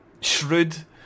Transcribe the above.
shrewd